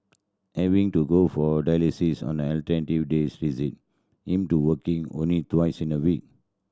having to go for dialysis on alternate days him to working only thrice a week